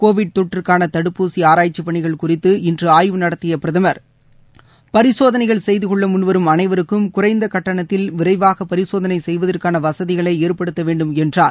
Covid தொற்றுக்கான தடுப்பூசி ஆராய்க்சி பணிகள் குறித்து இன்று ஆய்வு நடத்திய பிரதமர் பரிசோதனைகள் செய்து கொள்ள முன்வரும் அனைவருக்கும் குறைந்த கட்டணத்தில் விரைவாக பரிசோதனை செய்வதற்கான வசதிகளை ஏற்படுத்த வேண்டும் என்றார்